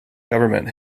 government